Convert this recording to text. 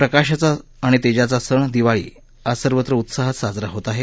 प्रकाशाचा आणि तेजाचा सण दिवाळी आज सर्वत्र उत्साहात साजरा होत आहे